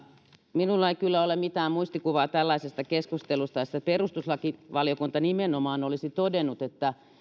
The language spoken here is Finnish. minulla ei kyllä ole mitään muistikuvaa tällaisesta keskustelusta jossa perustuslakivaliokunta nimenomaan olisi todennut että